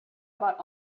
about